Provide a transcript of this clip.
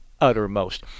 uttermost